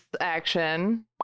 action